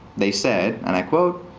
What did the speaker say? they said, and i quote,